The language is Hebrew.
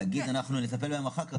להגיד אנחנו נטפל בהם אחר-כך,